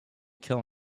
kill